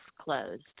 closed